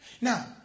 Now